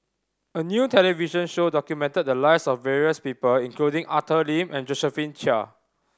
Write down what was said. a new television show documented the lives of various people including Arthur Lim and Josephine Chia